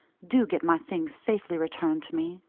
do get my things safely returned to me.